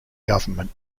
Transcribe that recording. government